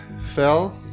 fell